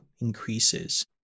increases